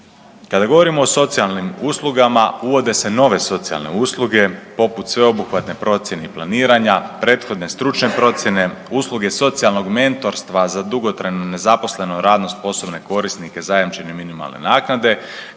Kada govorimo o socijalnim uslugama uvode se nove socijalne usluge poput sveobuhvatne procjene i planiranja prethodne stručne procjene, usluge socijalnog mentorstva za dugotrajno nezaposlene radno sposobne korisnike zajamčene minimalne naknade